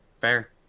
fair